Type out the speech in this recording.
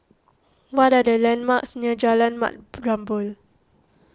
what are the landmarks near Jalan Mat Jambol